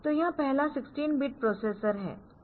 तो यह पहला 16 बिट प्रोसेसर है